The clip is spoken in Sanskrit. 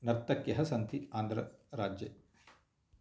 नर्यक्यः सन्ति आन्ध्रराज्ये